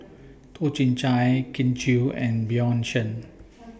Toh Chin Chye Kin Chui and Bjorn Shen